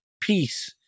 Peace